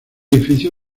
edificio